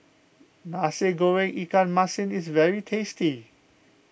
Nasi Goreng Ikan Masin is very tasty